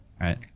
right